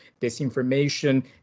disinformation